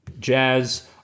jazz